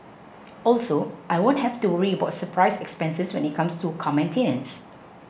also I won't have to worry about surprise expenses when it comes to car maintenance